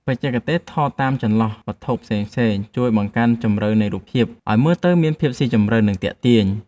បច្ចេកទេសថតតាមចន្លោះវត្ថុផ្សេងៗជួយបង្កើនជម្រៅនៃរូបភាពឱ្យមើលទៅមានភាពស៊ីជម្រៅ និង ទាក់ទាញ។